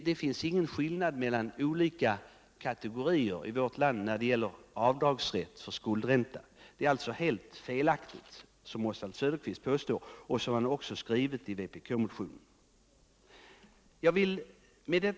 Det finns ingen skillnad för olika kategorier i fråga om rätt till avdrag för skuldräntor, som Oswald Söderqvist påstår och som det också har skrivits i vpk-motionen. Detta är alltså helt fel.